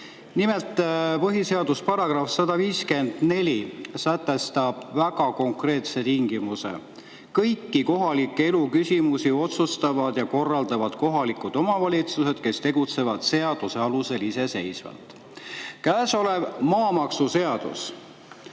Nimelt, põhiseaduse § 154 sätestab väga konkreetse tingimuse: "Kõiki kohaliku elu küsimusi otsustavad ja korraldavad kohalikud omavalitsused, kes tegutsevad seaduste alusel iseseisvalt." Käesolev maamaksuseadus